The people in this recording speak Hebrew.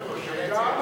גם אתה.